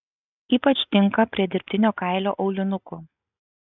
ypač tinka prie dirbtinio kailio aulinukų